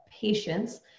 patience